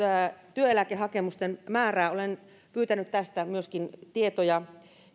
työeläkehakemusten määrää ja olen pyytänyt tästä myöskin tietoja